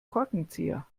korkenzieher